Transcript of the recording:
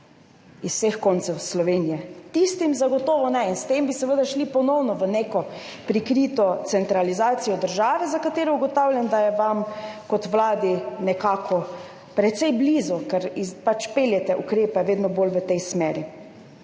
z vseh koncev Slovenije. Tisti zagotovo ne. S tem bi seveda šli ponovno v neko prikrito centralizacijo države, za katero ugotavljam, da je vam kot vladi nekako precej blizu, ker pač peljete ukrepe vedno bolj v tej smeri.